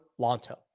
Lonto